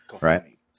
right